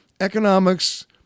economics